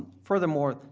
furthermore,